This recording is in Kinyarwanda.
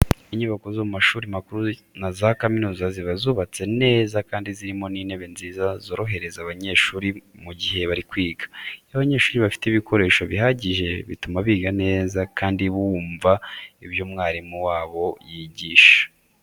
Inyubako zo mu mashuri makuru na za kaminuza ziba zubatse neza kandi zirimo n'intebe nziza zorohereza abanyeshuri mu gihe bari kwiga. Iyo abanyeshuri bafite ibikoresho bihagije bituma biga neza kandi bakumva ibyo mwarimu wabo yigisha.